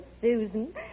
Susan